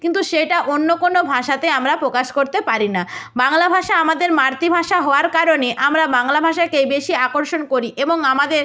কিন্তু সেটা অন্য কোনো ভাষাতে আমরা প্রকাশ করতে পারি না বাংলা ভাষা আমাদের মাতৃভাষা হওয়ার কারণে আমরা বাংলা ভাষাকে বেশি আকর্ষণ করি এবং আমাদের